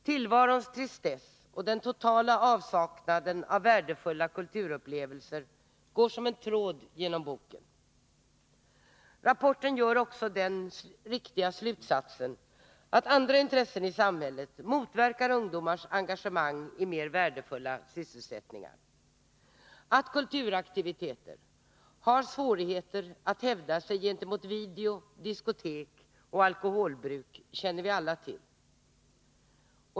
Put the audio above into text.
Tillvarons tristess och den totala avsaknaden av värdefulla kulturupplevelser går som en tråd genom boken. I rapporten dras också den riktiga slutsatsen att andra intressen i samhället motverkar ungdomars engagemang i mer värdefulla sysselsättningar. Att kulturaktiviteter har svårt att hävda sig gentemot video, diskotek och alkoholbruk känner vi alla till.